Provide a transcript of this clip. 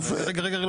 יפה.